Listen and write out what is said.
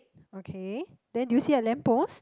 okay then you see a lamp post